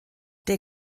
der